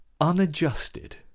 unadjusted